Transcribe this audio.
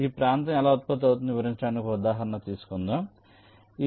ఈ ప్రాంతం ఎలా ఉత్పత్తి అవుతుందో వివరించడానికి ఒక ఉదాహరణ తీసుకుందాం